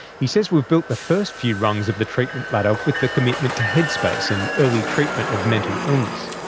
he says we've built the first few rungs of the treatment ladder with the commitment to headspace and early treatment of mental illness.